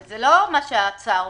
אבל זה לא מה שההצעה אומרת.